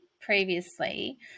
previously